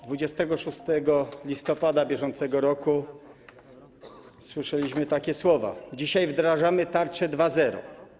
26 listopada br. słyszeliśmy takie słowa: Dzisiaj wdrażamy tarczę 2.0.